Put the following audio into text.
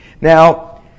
Now